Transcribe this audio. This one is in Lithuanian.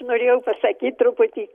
norėjau pasakyt truputį